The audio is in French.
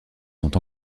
sont